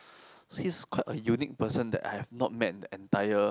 he is quite a unique person that I have not met in the entire